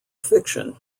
fiction